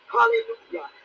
Hallelujah